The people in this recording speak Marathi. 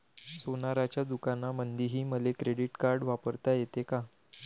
सोनाराच्या दुकानामंधीही मले क्रेडिट कार्ड वापरता येते का?